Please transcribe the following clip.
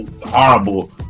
horrible